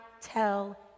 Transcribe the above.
tell